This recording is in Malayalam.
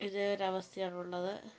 ഇതെ ഒരു അവസ്ഥയാണ് ഉള്ളത്